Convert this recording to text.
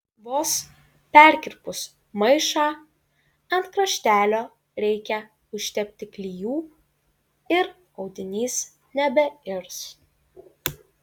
vos perkirpus maišą ant kraštelio reikia užtepti klijų ir audinys nebeirs